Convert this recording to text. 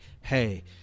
Hey